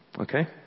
Okay